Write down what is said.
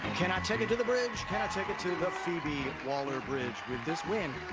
can i take it to the bridge, can i take it to the phoebe waller-bridge. with this win,